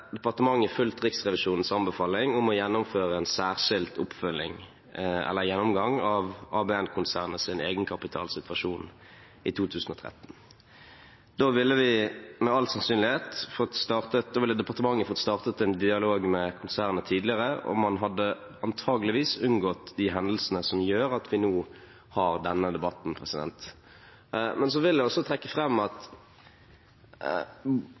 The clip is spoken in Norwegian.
departementet fulgt Riksrevisjonens anbefaling om å gjennomføre en særskilt oppfølging eller gjennomgang av ABM-konsernets egenkapitalsituasjon i 2013. Da ville departementet etter all sannsynlighet fått startet en dialog med konsernet tidligere, og man hadde antakeligvis unngått de hendelsene som gjør at vi nå har denne debatten. Men så vil jeg også trekke fram at